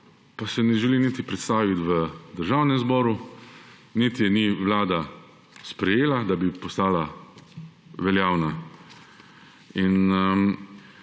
pa se ne želi niti predstaviti v Državnem zboru niti je ni Vlada sprejela, da bi postala veljavna. In